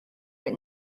but